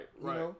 Right